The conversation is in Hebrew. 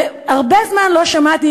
הרבה זמן לא שמעתי,